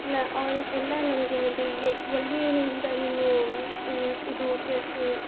ನ ಅವ್ನು ಎಲ್ಲಾ ನನಗೆ ಹೇಳಿ ಎಲ್ಲಿ ಇಂದ ನೀನು ನಿಂಗೆ ಇದು ಕೇಳ್ಸಿ